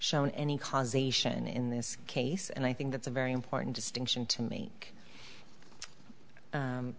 shown any causation in this case and i think that's a very important distinction to m